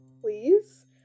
please